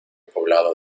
poblado